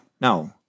no